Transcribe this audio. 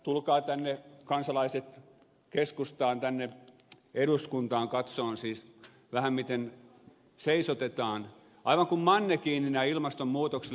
tulkaa kansalaiset keskustaan tänne eduskuntaan katsomaan siis vähän miten seisotetaan aivan kuin mannekiinina ilmastonmuutokselle